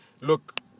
look